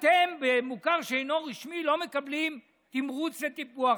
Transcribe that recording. אתם במוכר שאינו רשמי לא מקבלים תמרוץ לטיפוח,